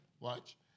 Watch